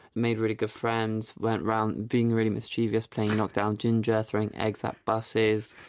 made really good friends, went round being really mischievous playing knock down ginger, throwing eggs at buses,